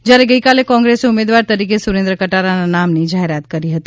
જ્યા રે ગઈકાલે કોંગ્રેસે ઉમેદવાર તરીકે સુરેન્દ્ર કટારાના નામની જાહેરાત કરી હતી